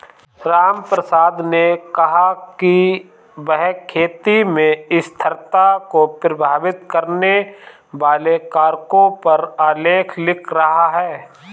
रामप्रसाद ने कहा कि वह खेती में स्थिरता को प्रभावित करने वाले कारकों पर आलेख लिख रहा है